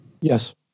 Yes